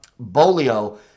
Bolio